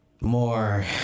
more